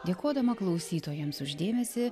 dėkodama klausytojams už dėmesį